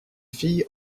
filles